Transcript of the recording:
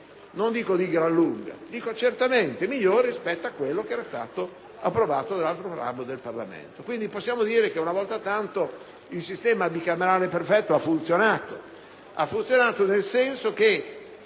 non dico di gran lunga, ma certamente migliore rispetto a quello che era stato approvato dall'altro ramo del Parlamento. Possiamo dire che una volta tanto il sistema bicamerale perfetto ha funzionato,